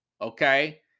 okay